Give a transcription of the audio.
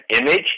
image